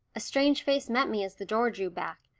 a strange face met me as the door drew back,